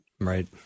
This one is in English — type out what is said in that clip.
Right